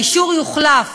האישור יוחלף